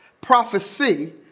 prophecy